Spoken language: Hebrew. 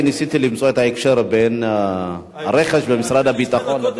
ניסיתי למצוא את ההקשר בין הרכש ומשרד הביטחון.